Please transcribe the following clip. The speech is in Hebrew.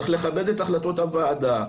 צריך לכבד את החלטות הוועדה.